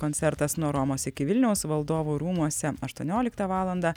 koncertas nuo romos iki vilniaus valdovų rūmuose aštuonioliktą valandą